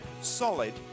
solid